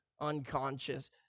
unconscious